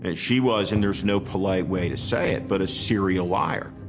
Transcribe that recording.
and she was, and there's no polite way to say it, but a serial liar.